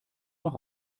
noch